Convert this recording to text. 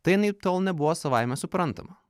tai anaiptol nebuvo savaime suprantama